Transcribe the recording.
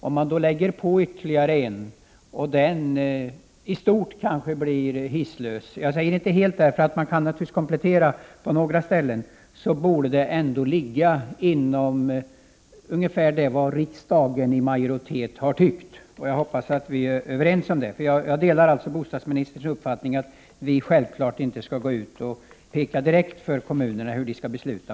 Om man lägger på ytterligare en våning och den i stort blir hisslös — jag säger inte helt, för man kan naturligtvis komplettera på några ställen — så borde det ändå ligga inom ramen för vad riksdagens majoritet har uttalat. Jag hoppas att vi är överens om det. Jag delar alltså bostadsministerns uppfattning att vi självfallet inte skall påpeka direkt för kommunerna hur de skall besluta.